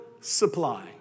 supply